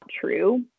true